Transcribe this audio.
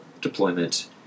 deployment